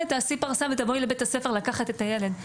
בואי תעשי פרסה ותבואי לבית הספר לקחת את הילד,